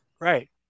Right